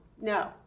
no